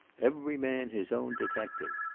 every man his own detective!